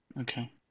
Okay